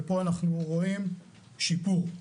ופה אנחנו רואים שיפור.